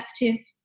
effective